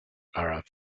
arab